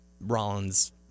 Rollins